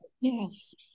Yes